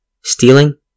stealing